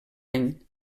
any